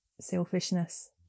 selfishness